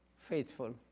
faithful